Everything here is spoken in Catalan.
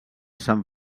sant